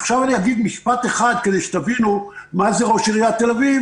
עכשיו אגיד משפט אחד כדי שתבינו מה זה ראש עיריית תל אביב